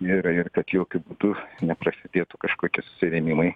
ir ir kad jokiu būdu neprasidėtų kažkokie susirėmimai